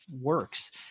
works